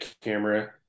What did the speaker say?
camera